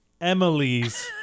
Emily's